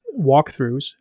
walkthroughs